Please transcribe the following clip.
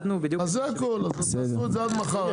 בסדר גמור.